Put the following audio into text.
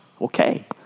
Okay